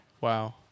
Wow